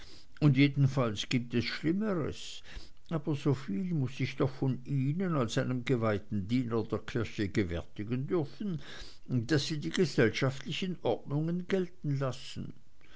und jedenfalls gibt es schlimmeres aber soviel muß ich doch von ihnen als einem geweihten diener der kirche gewärtigen dürfen daß sie die gesellschaftlichen ordnungen gelten lassen